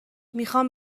میخام